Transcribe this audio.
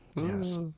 Yes